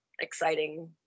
exciting